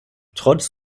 trotz